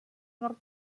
nord